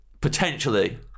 potentially